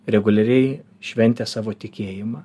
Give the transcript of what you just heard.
reguliariai šventė savo tikėjimą